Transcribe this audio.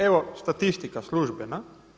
Evo statistika službena.